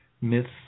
myths